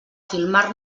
filmar